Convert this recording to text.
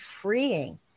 freeing